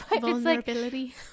Vulnerability